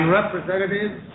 representatives